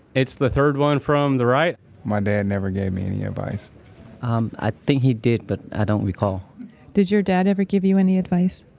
it's the third one from the right my dad never gave me any advice um, i think he did, but i don't recall did your dad ever give you and any advice?